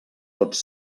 tots